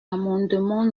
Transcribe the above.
amendements